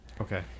Okay